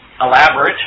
elaborate